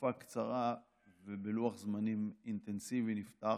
בתקופה קצרה ובלוח זמנים אינטנסיבי נפתח